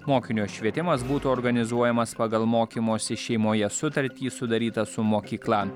mokinio švietimas būtų organizuojamas pagal mokymosi šeimoje sutartį sudarytą su mokykla